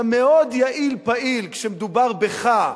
אתה מאוד יעיל פעיל כשמדובר בך,